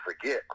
forget